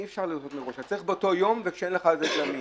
אי אפשר צריך באותו יום וכשאין לך את זה זמין.